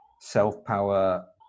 self-power